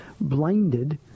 blinded